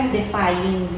defying